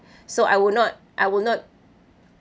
so I will not I will not